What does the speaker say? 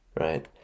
right